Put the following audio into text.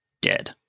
dead